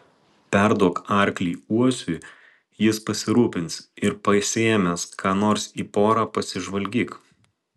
perduok arklį uosiui jis pasirūpins ir pasiėmęs ką nors į porą pasižvalgyk